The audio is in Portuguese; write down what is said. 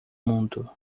mundo